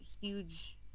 huge